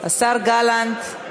השר גלנט.